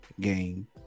game